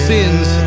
Sins